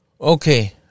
Okay